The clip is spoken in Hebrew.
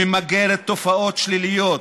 שממגרת תופעות שליליות,